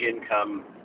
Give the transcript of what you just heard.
income